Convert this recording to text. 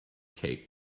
cake